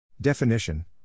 definition